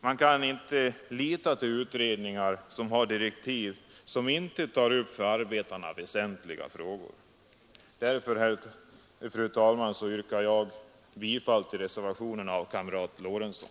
Man kan inte lita till utredningar som har direktiv som inte tar upp för arbetarna väsentliga frågor. Därför, fru talman, yrkar jag bifall till reservationen av herr Lorentzon.